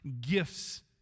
gifts